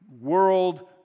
world